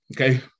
okay